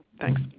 Thanks